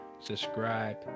subscribe